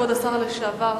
כבוד השר לשעבר,